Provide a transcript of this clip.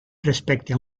respecte